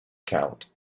count